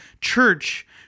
church